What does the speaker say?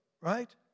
right